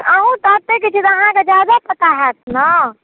तऽ अहाँ तऽ एत्तै के छी ने तऽ अहाँकेँ ज्यादा पता हैत ने